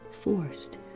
forced